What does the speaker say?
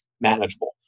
manageable